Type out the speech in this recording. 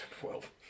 Twelve